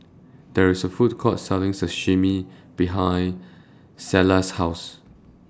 There IS A Food Court Selling Sashimi behind Selah's House